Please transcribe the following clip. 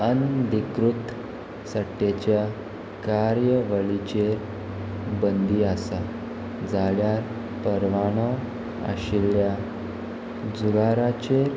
अंदीकृत सट्टेच्या कार्य वळीचेर बंदी आसता जाल्यार पर्वाणो आशिल्ल्या जुगाराचे